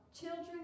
Children